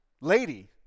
lady